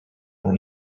only